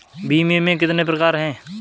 बीमे के कितने प्रकार हैं?